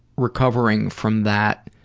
recovering from that,